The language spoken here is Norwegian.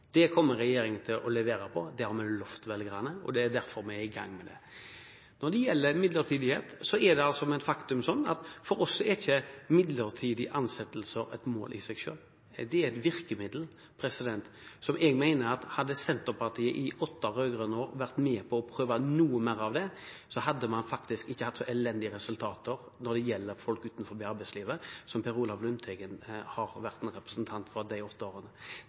Det kommer regjeringen til å levere på, det har vi lovet velgerne, og det er derfor vi er i gang med det. Når det gjelder midlertidighet, er det et faktum at for oss er ikke midlertidige ansettelser et mål i seg selv, det er et virkemiddel, og jeg mener at hadde Senterpartiet i åtte rød-grønne år vært med på å prøve noe mer av det, hadde vi faktisk ikke hatt så elendige resultater når det gjelder folk utenfor arbeidslivet – som Per Olaf Lundteigen har vært en representant for de åtte årene.